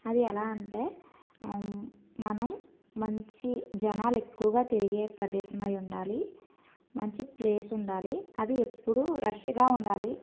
అది ఎలా అంటే మనం మంచి జనాలు ఎక్కువగా తిరిగే ప్రదేశం అయ్యి ఉండాలి మంచి ప్లేస్ ఉండాలి అది ఎప్పుడూ రష్గా ఉండాలి